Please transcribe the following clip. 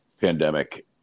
pandemic